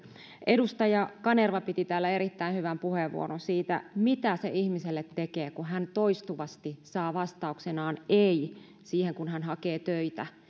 edustaja kanerva piti täällä erittäin hyvän puheenvuoron siitä mitä se ihmiselle tekee kun toistuvasti saa vastaukseksi ei siihen kun hakee töitä